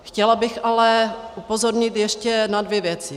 Chtěla bych ale upozornit ještě na dvě věci.